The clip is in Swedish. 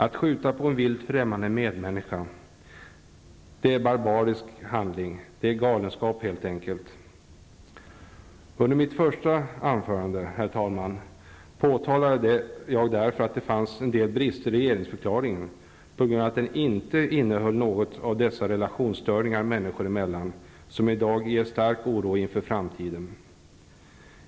Att skjuta på en vilt främmande medmänniska, det är en barbarisk handling. Det är galenskap helt enkelt. Under mitt första anförande, herr talman, påtalade jag en del brister i regeringsförklaringen på grund av att den inte innehöll något om dessa relationsstörningar människor emellan som i dag inger stark oro inför framtiden.